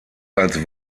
als